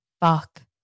fuck